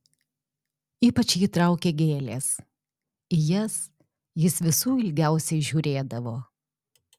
ypač jį traukė gėlės į jas jis visų ilgiausiai žiūrėdavo